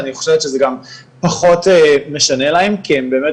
ואני חושבת שזה גם פחות משנה להם כי הם באמת